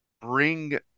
bring